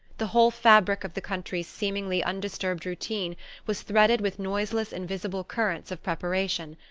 the whole fabric of the country's seemingly undisturbed routine was threaded with noiseless invisible currents of preparation,